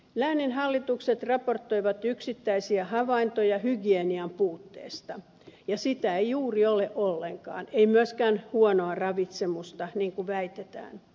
lääninhallitukset raportoivat yksittäisiä havaintoja hygienian puutteesta ja sitä ei juuri ole ollenkaan ei myöskään huonoa ravitsemusta niin kuin väitetään